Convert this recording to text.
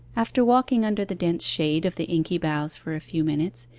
after walking under the dense shade of the inky boughs for a few minutes,